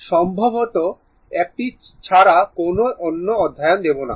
আমি সম্ভবত একটি ছাড়া কোনও অন্য অধ্যায় দেব না